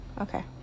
Okay